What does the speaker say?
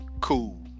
Cool